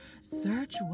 search